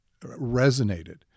resonated